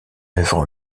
œuvre